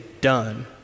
done